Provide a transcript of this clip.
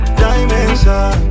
dimension